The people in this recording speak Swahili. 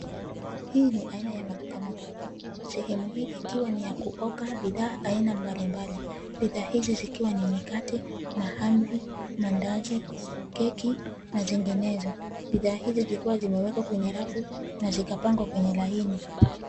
Hii ni aina ya maduka makubwa sehemu hii ikiwa ni ya kuoka bidhaa aina mbalimbali, bidhaa hizi zikuwa ni mikate, mahamri, mandazi, keki na zinginezo, bidhaa hizi zikuwa zimewekwa kwenye rafu na zikapangwa kwenye laini.